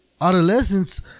adolescence